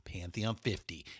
Pantheon50